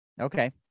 Okay